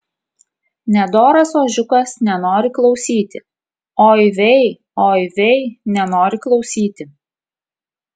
nedoras ožiukas nenori klausyti oi vei oi vei nenori klausyti